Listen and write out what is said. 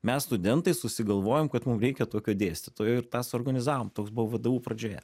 mes studentai susigalvojom kad mum reikia tokio dėstytojo ir tą suorganizavom toks buvo vdu pradžioje